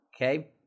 Okay